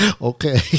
Okay